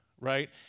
right